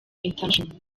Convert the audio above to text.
international